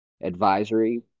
advisory